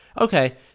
okay